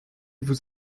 vous